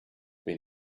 been